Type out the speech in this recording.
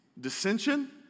dissension